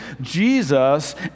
Jesus